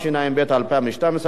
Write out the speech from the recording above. רק רגע, שנייה, חברים.